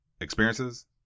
experiences